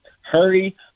hurry